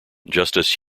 justice